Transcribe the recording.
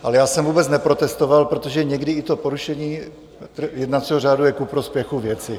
Ale já jsem vůbec neprotestoval, protože někdy i to porušení jednacího řádu je ku prospěchu věci.